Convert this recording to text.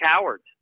cowards